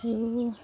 আৰু